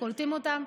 קולטים אותם,